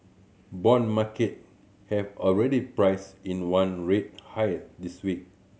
bond market have already priced in one rate higher this week